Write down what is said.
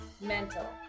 mental